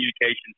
communications